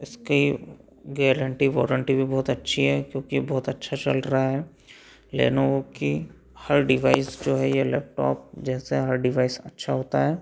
इसकी guarantee warranty भी बहुत अच्छी है क्योंकि बहुत अच्छा चल रहा है लेनोवो की हर डिवाइस जो है यह लैपटॉप जैसे हर डिवाइस अच्छा होता है